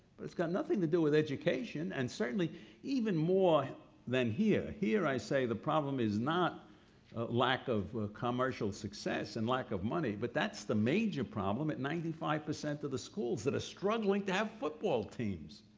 but it's got nothing to do with education and certainly even more than here, here i say the problem is not lack of commercial success and lack of money, but that's the major problem at ninety five percent of the schools that are struggling to have football teams.